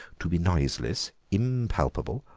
to be noiseless, impalpable,